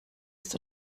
ist